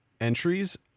entries